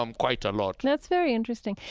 um quite a lot that's very interesting.